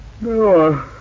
No